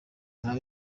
nka